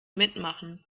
mitmachen